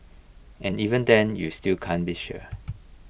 and even then you still can't be sure